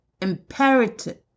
Imperative